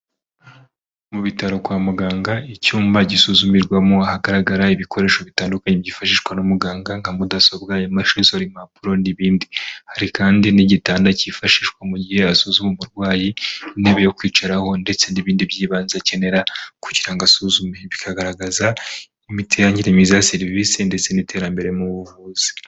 Mu bitaro kwa muganga icyumba gisuzumirwamo ahagaragara ibikoresho bitandukanye byifashishwa n’umuganga nka mudasobwa , imashini isohora impapuro n'ibindi hari kandi n'igitanda cyifashishwa mu gihe yasuzuma umurwayi , intebe yo kwicaraho ndetse n'ibindi by'ibanze akenera kugira asuzume ,bikagaragaza imitangire myiza ya serivisi ndetse n'iterambere mu buvuzi.